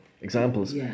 examples